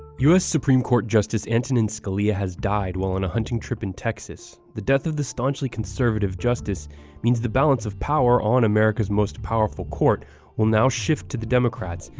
us supreme court justice antonin scalia has died while on a hunting trip in texas. the death of the staunchly conservative justice means the balance of power on america's most powerful court will now shift to the democrats,